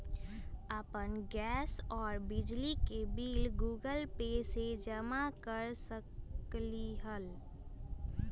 अपन गैस और बिजली के बिल गूगल पे से जमा कर सकलीहल?